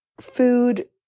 food